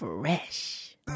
fresh